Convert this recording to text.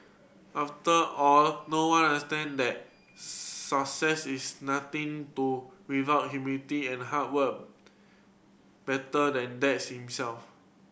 after all no one understand that success is nothing to without humility and hard work better than Dad himself